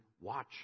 watch